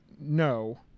no